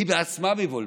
היא בעצמה מבולבלת,